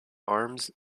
arms